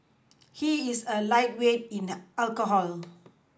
he is a lightweight in alcohol